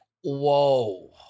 whoa